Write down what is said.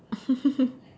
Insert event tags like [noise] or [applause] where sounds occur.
[laughs]